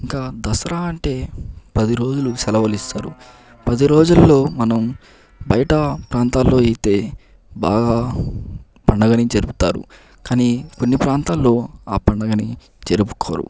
ఇంకా దసరా అంటే పది రోజులు సెలవులు ఇస్తారు పది రోజుల్లో మనం బయట ప్రాంతాల్లో అయితే బాగా పండగను జరుపుతారు కానీ కొన్ని ప్రాంతాల్లో ఆ పండుగని జరుపుకోరు